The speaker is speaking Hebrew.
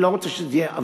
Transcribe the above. אני לא רוצה שזה יהיה,